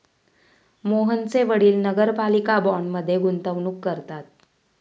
मोहनचे वडील नगरपालिका बाँडमध्ये गुंतवणूक करतात